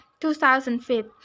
2005